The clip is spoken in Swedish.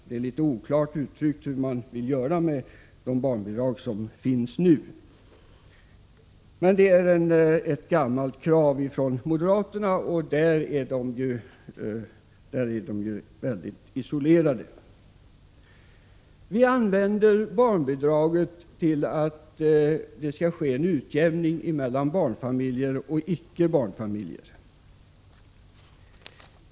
Det är litet oklart uttryckt hur de vill göra med de barnbidrag som finns nu, men detta är ett gammalt krav från moderaterna, och på den punkten är de isolerade. Vi använder barnbidragen till att skapa en utjämning mellan barnfamiljer och icke barnfamiljer.